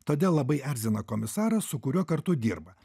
todėl labai erzina komisarą su kuriuo kartu dirba